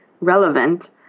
relevant